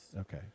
Okay